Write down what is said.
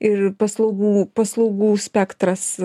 ir paslaugų paslaugų spektras